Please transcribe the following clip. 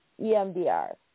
EMDR